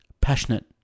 Passionate